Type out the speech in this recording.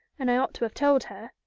and i ought to have told her.